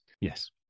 Yes